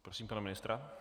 Prosím pana ministra.